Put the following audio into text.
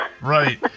Right